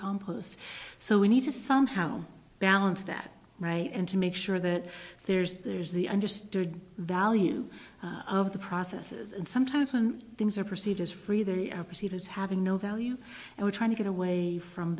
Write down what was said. compost so we need to somehow balance that right and to make sure that there's there's the understood value of the processes and sometimes when things are perceived as free they perceive as having no value and we're trying to get away from